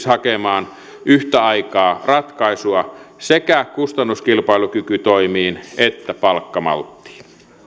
hakemaan yhtä aikaa ratkaisua sekä kustannuskilpailukykytoimiin että palkkamalttiin